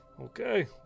okay